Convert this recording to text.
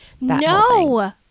No